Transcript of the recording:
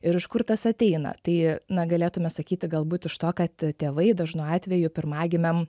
ir iš kur tas ateina tai na galėtume sakyti galbūt iš to kad tėvai dažnu atveju pirmagimiam